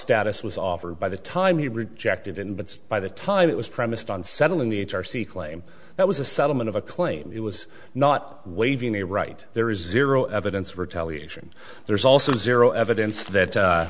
status was offered by the time he rejected in but by the time it was premised on settling the h r c claim that was a settlement of a claim it was not waiving the right there is zero evidence of retaliation there is also a zero evidence that